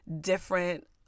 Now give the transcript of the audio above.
different